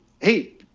Hey